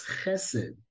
chesed